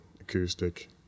acoustic